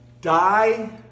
Die